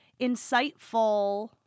insightful